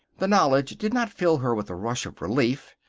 the knowledge did not fill her with a rush of relief.